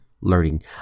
learning